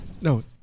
No